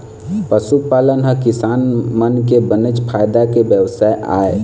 पशुपालन ह किसान मन के बनेच फायदा के बेवसाय आय